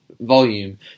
volume